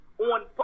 On